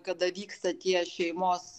kada vyksta tie šeimos